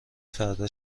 فردا